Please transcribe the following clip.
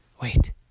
Wait